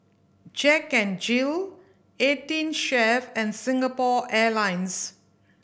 Jack N Jill Eighteen Chef and Singapore Airlines